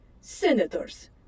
senators